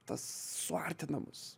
tas suartina mus